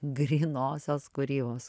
grynosios kūrybos